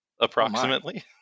approximately